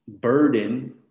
Burden